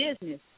business